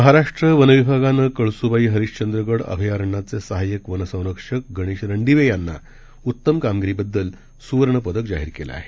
महाराष्ट्र वन विभागानं कळसूबाई हरिश्चंद्र गड अभयारण्याचे सहायक वनसंरक्षक गणेश रणदिवे यांना उत्तम कामगिरीबददल सूवर्ण पदक जाहीर केलं आहे